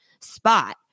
spot